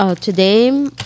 Today